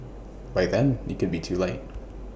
by then IT could be too late